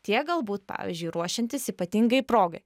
tiek galbūt pavyzdžiui ruošiantis ypatingai progai